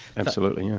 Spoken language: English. absolutely,